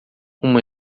uma